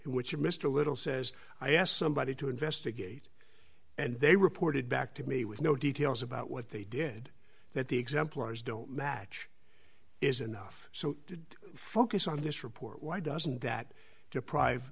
which mr little says i asked somebody to investigate and they reported back to me with no details about what they did that the exemplars don't match is enough so did focus on this report why doesn't that deprive